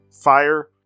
Fire